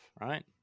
right